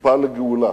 ציפה לגאולה,